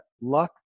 luck